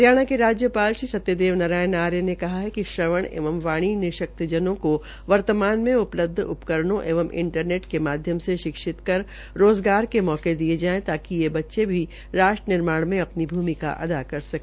हरियाणा के राज्यपाल श्री सत्यदेव नारायण आर्य ने कहा है कि श्रवण एवं वाणी निशक्तजनों को वर्तमान में उपलब्ध उपकरणों एवं इंटरनेट के माध्यम से शिक्षित कर रोज़गार के मौके दिलवायें ताकि ये बच्चो में राष्ट्र निर्माण में अपनी भूमिका अदा कर सके